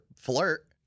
flirt